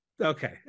okay